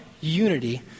unity